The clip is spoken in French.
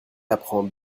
apprend